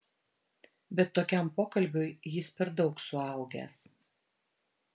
bet tokiam pokalbiui jis per daug suaugęs